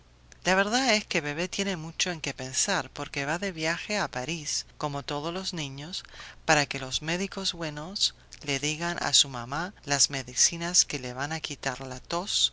la verdad es que bebé tiene mucho en qué pensar porque va de viaje a parís como todos los años para que los médicos buenos le digan a su mamá las medicinas que le van a quitar la tos